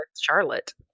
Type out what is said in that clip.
Charlotte